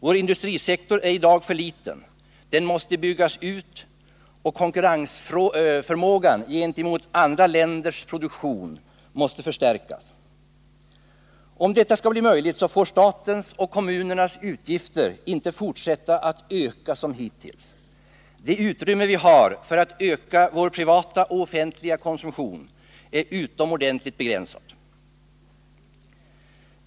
Vår industrisektor är i dag för liten. Den måste byggas ut, och konkurrensförmågan gentemot andra länders produktion måste förstärkas. Om detta skall bli möjligt får statens och kommunernas utgifter inte fortsätta att öka som hittills. Det utrymme vi har för att öka vår privata och offentliga konsumtion är utomordentligt begränsat.